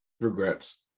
Regrets